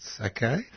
okay